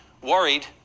worried